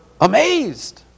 amazed